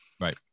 Right